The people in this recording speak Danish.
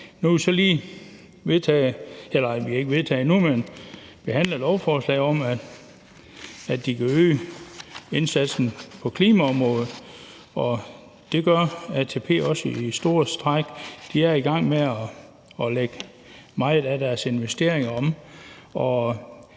deres investeringer. Nu har vi så lige behandlet et lovforslag om, at ATP kan øge indsatsen på klimaområdet, og det gør de også i store stræk. De er i gang med at lægge mange af deres investeringer om.